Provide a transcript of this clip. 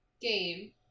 game